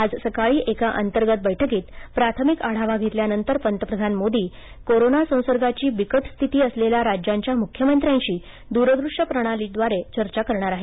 आज सकाळी एका अंतर्गत बैठकीत प्राथमिक आढावा घेतल्यानंतर पंतप्रधान मोदी हे कोरोना संसर्गाची बिकट स्थिती असलेल्या राज्यांच्या मुख्यमंत्र्यांशी दूर दृश्य प्रणालीद्वारे चर्चा करणार आहेत